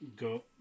go